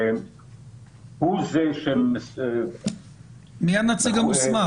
שהוא זה --- מי הנציג המוסמך?